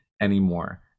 anymore